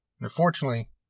unfortunately